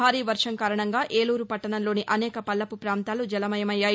భారీ వర్షం కారణంగా ఏలూరు పట్టణంలోని అనేక పల్లపు ప్రాంతాలు జలమయమయ్యాయి